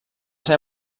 ser